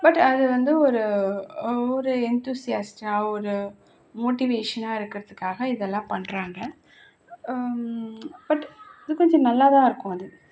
but அது வந்து ஒரு ஒரு என்த்துசியாஸ்ட்ரா ஒரு மோட்டிவேஷனாக இருக்கிறத்துக்காக இதெல்லாம் பண்ணுறாங்க பட் இது கொஞ்சம் நல்லா தான் இருக்கும் அது